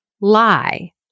lie